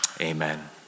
Amen